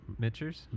Mitchers